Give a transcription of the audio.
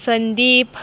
Sandeep